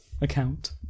account